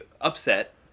upset